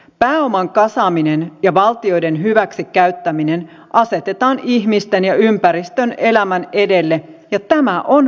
pääoman kasaaminen ja valtioiden hyväksi käyttäminen asetetaan ihmisten ja ympäristön elämän edelle ja tämä on väärin